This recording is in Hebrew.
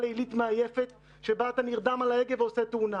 לילית מעייפת שבה אתה נרדם על ההגה ועושה תאונה.